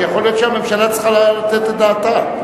שיכול להיות שהממשלה צריכה לתת את דעתה.